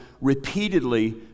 Repeatedly